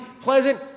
pleasant